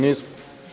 Nismo.